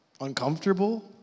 uncomfortable